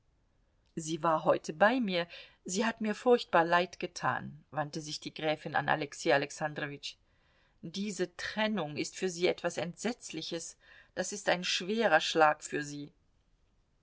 sie war heute bei mir sie hat mir furchtbar leid getan wandte sich die gräfin an alexei alexandrowitsch diese trennung ist für sie etwas entsetzliches das ist ein schwerer schlag für sie